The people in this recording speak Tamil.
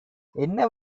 என்ன